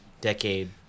decade